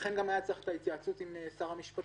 לכן גם היה צריך את ההתייעצות עם שרת המשפטית